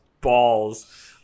balls